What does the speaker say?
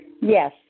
Yes